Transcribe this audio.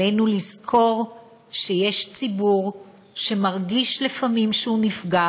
עלינו לזכור שיש ציבור שמרגיש לפעמים שהוא נפגע,